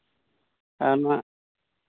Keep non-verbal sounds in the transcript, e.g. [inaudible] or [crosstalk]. [unintelligible]